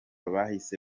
bahise